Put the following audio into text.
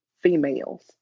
females